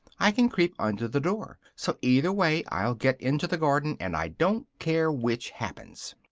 i can creep under the door, so either way i'll get into the garden, and i don't care which happens!